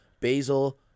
basil